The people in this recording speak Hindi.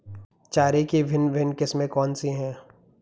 चारे की भिन्न भिन्न किस्में कौन सी हैं?